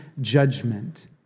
judgment